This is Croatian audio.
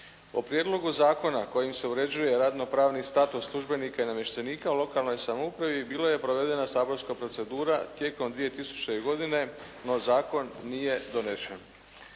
O prijedlogu zakona kojim se uređuje radnopravni status službenika i namještenika u lokalnoj samoupravi bila je provedena saborska procedura tijekom 2000. godine, no zakon nije donesen.